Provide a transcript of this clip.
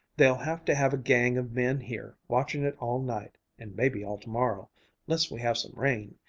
they'll have to have a gang of men here watchin' it all night and maybe all tomorrow less we have some rain.